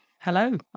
Hello